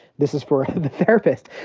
this is for the therapist.